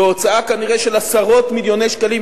בהוצאה כנראה של עשרות מיליוני שקלים,